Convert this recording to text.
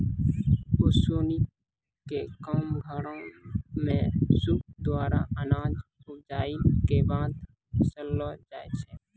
ओसौनी क काम घरो म सूप द्वारा अनाज उपजाइला कॅ बाद ओसैलो जाय छै?